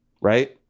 Right